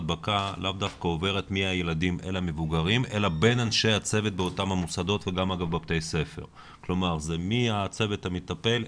שצריך לרדת אליהם על מנת להיות במספרים שהמערכת יכולה להתמודד עם